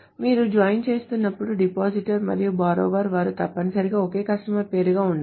మీరు జాయినింగ్ చేస్తున్నప్పుడు depositor మరియు borrower వారు తప్పనిసరిగా ఒకే కస్టమర్ పేరుగా ఉండాలి